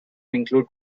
include